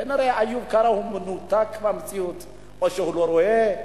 כנראה איוב קרא הוא מנותק מהמציאות או שהוא לא רואה.